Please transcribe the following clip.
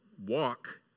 walk